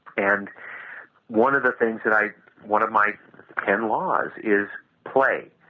and one of the things that i one of my ten laws is play,